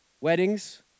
weddings